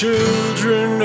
Children